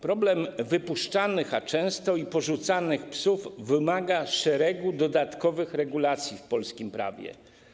Problem wypuszczanych, a często porzucanych psów wymaga szeregu dodatkowych regulacji w polskim prawie.